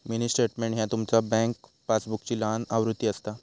mini statement ह्या तुमचा bank पासबुकची लहान आवृत्ती असता